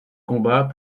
combats